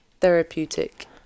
therapeutic